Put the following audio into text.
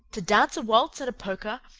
to dance a waltz and a polka,